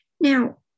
Now